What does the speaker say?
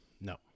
no